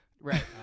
Right